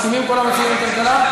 מסכימים כל המציעים לכלכלה?